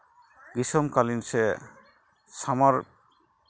ᱜᱨᱤᱥᱚᱠᱟᱞᱤᱱ ᱥᱮ ᱥᱟᱢᱟᱨ